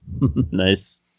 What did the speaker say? nice